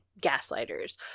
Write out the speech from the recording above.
gaslighters